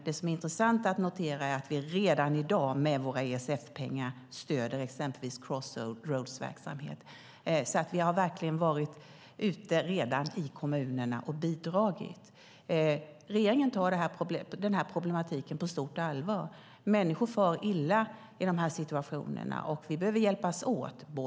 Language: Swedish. Det som är intressant att notera är dock att vi redan i dag, med våra ESF-pengar, stöder exempelvis Crossroads verksamhet. Vi har alltså redan varit ute i kommunerna och verkligen bidragit. Regeringen tar den här problematiken på stort allvar. Människor far illa i de här situationerna, och vi behöver hjälpas åt.